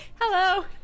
Hello